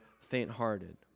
faint-hearted